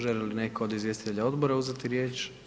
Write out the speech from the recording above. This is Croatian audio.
Želi li netko od izvjestitelja odbora uzeti riječ?